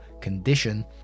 condition